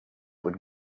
would